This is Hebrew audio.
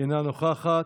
אינה נוכחת,